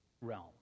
realm